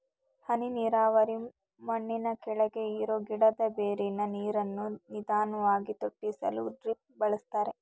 ಹನಿ ನೀರಾವರಿ ಮಣ್ಣಿನಕೆಳಗೆ ಇರೋ ಗಿಡದ ಬೇರಿಗೆ ನೀರನ್ನು ನಿಧಾನ್ವಾಗಿ ತೊಟ್ಟಿಸಲು ಡ್ರಿಪ್ ಬಳಸ್ತಾರೆ